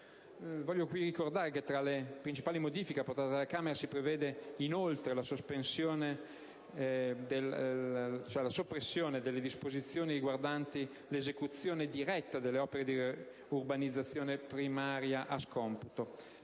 unico per l'edilizia. Tra le principali modifiche apportate dalla Camera si prevede, inoltre, la soppressione delle disposizioni riguardanti l'esecuzione diretta delle opere di urbanizzazione primaria a scomputo,